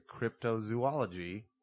cryptozoology